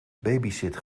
babysit